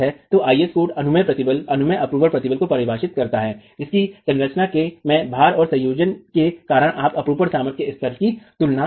तो IS code अनुमेय प्रतिबल अनुमेय अपरूपण प्रतिबल को परिभाषित करता है जिसकी संरचना में भार के संयोजन के कारण आप अपरूपण सामर्थ्य के स्तर से तुलना करेंगे